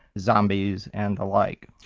zombies and the like.